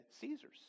Caesar's